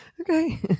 Okay